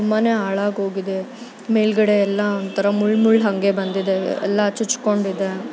ತುಂಬಾ ಹಾಳಾಗೋಗಿದೆ ಮೇಲುಗಡೆ ಎಲ್ಲ ಒಂಥರ ಮುಳ್ಳು ಮುಳ್ಳು ಹಾಗೆ ಬಂದಿದೆ ಎಲ್ಲ ಚುಚ್ಚಿಕೊಂಡಿದೆ